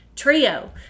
Trio